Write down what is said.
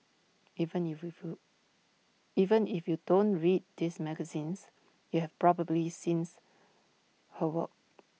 even if you even if you don't read these magazines you've probably seen her work